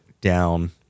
down